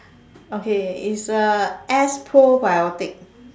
okay is a S probiotic